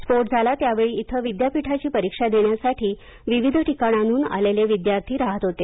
स्फोट झाला त्यावेळी इथं विद्यापीठाची परीक्षा देण्यासाठी विविध ठिकाणाहून आलेले विद्यार्थी रहात होते